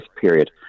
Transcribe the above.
period